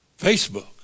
Facebook